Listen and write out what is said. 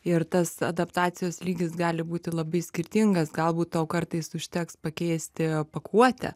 ir tas adaptacijos lygis gali būti labai skirtingas galbūt tau kartais užteks pakeisti pakuotę